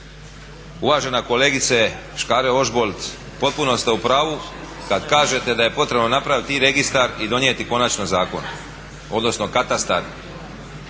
Uvažena kolegice Škare-Ožbolt, potpuno ste u pravu kad kažete da je potrebno napraviti i registar i donijeti konačno zakon, odnosno katastar